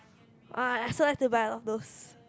[wah] I also like to buy a lot of those